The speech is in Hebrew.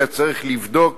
אלא צריך לבדוק